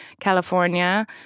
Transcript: California